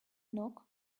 knock